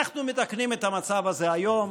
אנחנו מתקנים את המצב הזה היום,